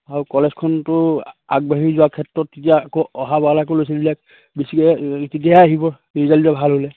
আৰু কলেজখনতো আগবাঢ়ি যোৱাৰ ক্ষেত্ৰত তেতিয়া আকৌ অহাবাৰলৈ আকৌ লছালিবিলাক বেছিকে তেতিয়াহে আহিব ৰিজাল্ট বিলাক ভাল হ'লে